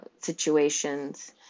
situations